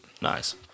Nice